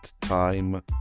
time